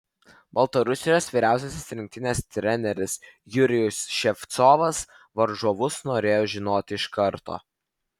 baltarusijos vyriausiasis rinktinės treneris jurijus ševcovas varžovus norėjo žinoti iš karto